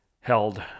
held